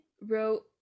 wrote